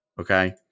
okay